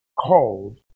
called